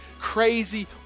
crazy